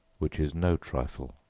which is no trifle.